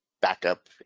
backup